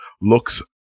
looks